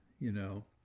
you know,